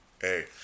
Hey